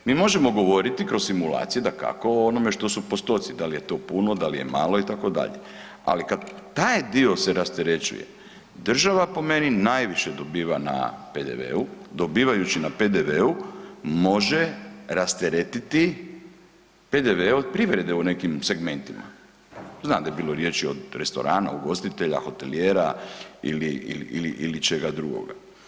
Mi možemo govoriti kroz simulacije dakako o onome što su postoci, da li je to puno, da li je malo itd., ali kad se taj dio rasterećuje država po meni najviše dobiva na PDV-u, dobivajući na PDV-u može rasteretiti PDV od privrede u nekim segmentima, znam da je bilo riječi od restorana, ugostitelja, hotelijera ili čega drugoga.